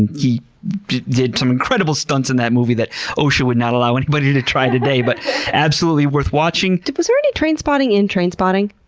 he did some incredible stunts in that movie that osha would not allow anybody to try today. but absolutely worth watching. was there any trainspotting in trainspotting?